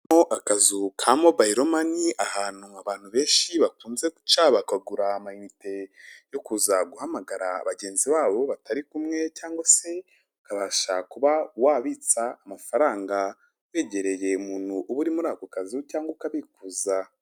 Akazu ka mobayiro mani (mobile money) ni ahantu abantu benshi bakunze guca bakagura amayinite yo kuza guhamagara bagenzi babo batari kumwe cyangwa se ukabasha kuba wabitsa amafaranga begereye umuntu uba uri muri ako kazi cyangwa ukabikuza.